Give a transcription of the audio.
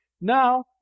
now